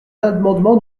l’amendement